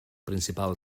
principal